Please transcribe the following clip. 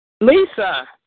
Lisa